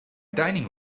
dining